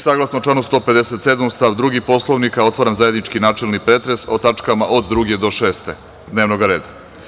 Saglasno članu 157. stav 2. Poslovnika Narodne skupštine, otvaram zajednički načelni pretres o tačkama od druge do šeste dnevnog reda.